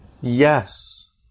Yes